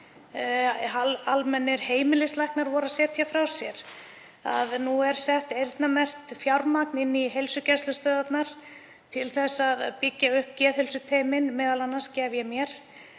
almennir heimilislæknar voru að setja frá sér, um að nú sé sett eyrnamerkt fjármagn inn í heilsugæslustöðvarnar, til þess að byggja upp geðheilsuteymin m.a., gef ég mér.